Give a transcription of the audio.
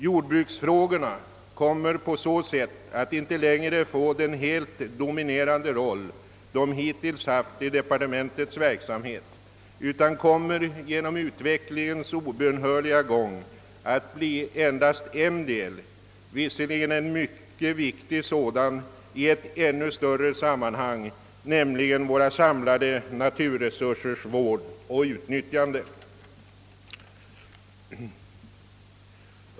Jordbruksfrågorna kommer på så sätt inte längre att få spela den helt dominerande roll som de hittills gjort i departementets verksamhet, utan de kommer genom utvecklingens obönhörliga gång att endast bli en del — visserligen en mycket viktig sådan — i ett ännu större sammanhang, nämligen våra samlade naturresursers vård och utnyttjande.